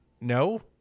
no